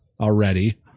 already